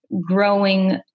growing